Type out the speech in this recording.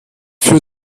für